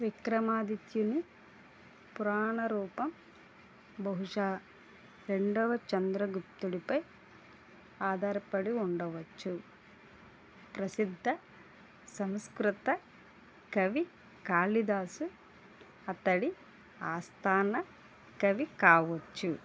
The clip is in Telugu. విక్రమాదిత్యుని పురాణ రూపం బహుశా రెండవ చంద్రగుప్తుడిపై ఆధారపడి ఉండవచ్చుప్రసిద్ధ సంస్కృత కవి కాళిదాసు అతడి ఆస్థాన కవి కావచ్చు